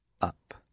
up